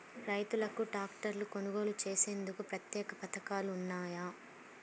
రైతులకు ట్రాక్టర్లు కొనుగోలు చేసేందుకు ప్రత్యేక పథకాలు ఉన్నాయా?